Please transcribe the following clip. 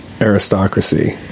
aristocracy